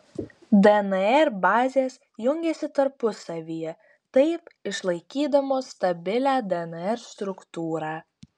dnr bazės jungiasi tarpusavyje taip išlaikydamos stabilią dnr struktūrą